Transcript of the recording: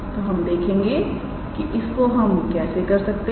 तोहम देखेंगे कि इसको हम कैसे कर सकते हैं